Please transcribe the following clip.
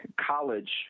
college